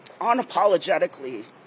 unapologetically